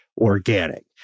organic